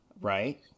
Right